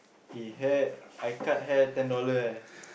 eh hair I cut hair ten dollar eh